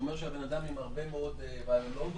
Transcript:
שאומר שהבן אדם עם הרבה מאוד viral load,